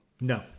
No